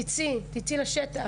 תצאי לשטח,